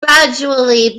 gradually